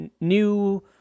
new